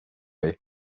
ray